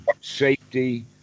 safety